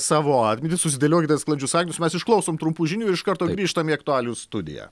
savo atmintį susidėliokite sklandžius sakius mes išklausom trumpų žinių ir iš karto grįžtam į aktualijų studiją